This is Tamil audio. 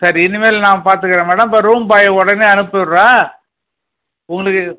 சரி இனிமேல் நான் பார்த்துக்குறேன் மேடம் இப்போ ரூம் பாயை உடனே அனுப்பிவிட்றேன் உங்களுக்கு